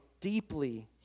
deeply